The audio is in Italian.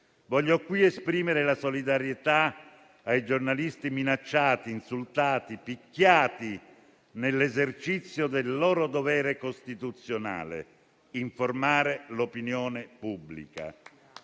Voglio qui esprimere la solidarietà ai giornalisti minacciati, insultati e picchiati nell'esercizio del loro dovere costituzionale: informare l'opinione pubblica.